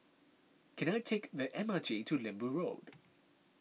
can I take the M R T to Lembu Road